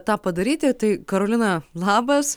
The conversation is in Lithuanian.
tą padaryti tai karolina labas